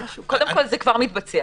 קודם כול, זה כבר מתבצע.